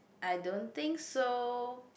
I don't think so